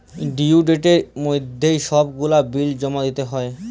due ডেটের মইধ্যে ছব গুলা বিল জমা দিতে হ্যয়